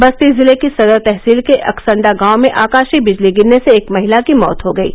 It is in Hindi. बस्ती जिले की सदर तहसील के अक्संडा गांव में आकाशीय बिजली गिरने से एक महिला की मौत हो गयी